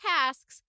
tasks